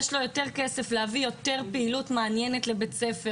יש לו יותר כסף להביא פעילות מעניינת לבית הספר,